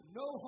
no